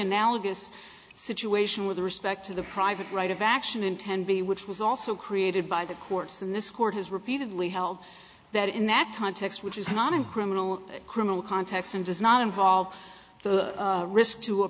analogous situation with respect to the private right of action in ten b which was also created by the courts and this court has repeatedly held that in that context which is not a criminal criminal context and does not involve risk to a